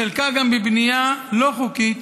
חלקה גם בנייה לא חוקית,